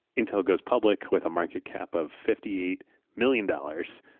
intel goes public with a market cap of fifty eight million dollars.